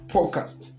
Podcast